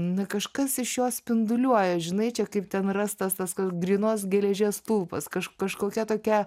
nu kažkas iš jos spinduliuoja žinai čia kaip ten rastas tas kas grynos geležies stulpas kaž kažkokia tokia